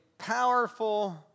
powerful